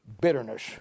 Bitterness